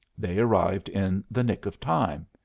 they arrived in the nick of time.